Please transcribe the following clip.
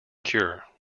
cure